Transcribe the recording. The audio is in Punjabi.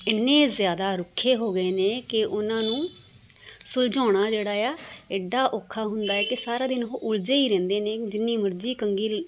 ਇੰਨੇ ਜ਼ਿਆਦਾ ਰੁੱਖੇ ਹੋ ਗਏ ਨੇ ਕਿ ਉਹਨਾਂ ਨੂੰ ਸੁਲਝਾਉਣਾ ਜਿਹੜਾ ਹੈ ਐਡਾ ਔਖਾ ਹੁੰਦਾ ਹੈ ਕਿ ਸਾਰਾ ਦਿਨ ਉਹ ਉਲਝੇ ਹੀ ਰਹਿੰਦੇ ਨੇ ਜਿੰਨੀ ਮਰਜ਼ੀ ਕੰਘੀ